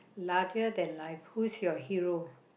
larger than life who's your hero